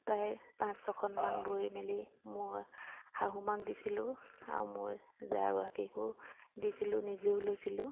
প্ৰায় পাঁচ ছখনমান বৈ মেলি মোৰ শাহুমাক দিছিলোঁ আৰু মোৰ জাগৰাকীকো দিছিলোঁ নিজেও লৈছিলোঁ